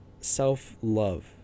self-love